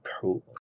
Cool